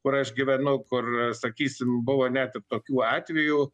kur aš gyvenu kur sakysim buvo net ir tokių atvejų